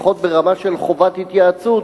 לפחות ברמה של חובת התייעצות,